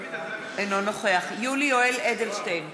אינו נוכח יולי יואל אדלשטיין,